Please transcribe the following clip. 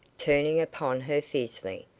turning upon her fiercely.